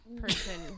person